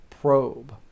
probe